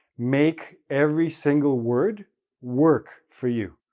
make every single word work for you.